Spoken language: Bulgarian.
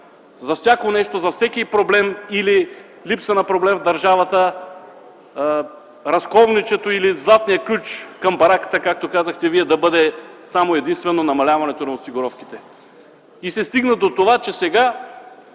продължава - за всеки проблем или липса на проблем в държавата разковничето или златният ключ към бараката, както казахте Вие, да бъде само и единствено намаляването на осигуровките. Стигна се до това, въпреки